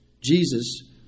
Jesus